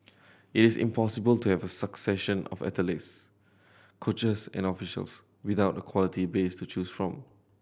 it is impossible to have a succession of athletes coaches and officials without a quality base to choose from